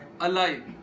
alive